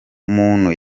umuntu